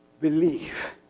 believe